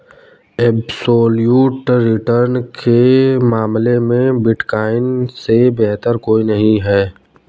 absolute return के मामले में बिटकॉइन से बेहतर कोई नहीं है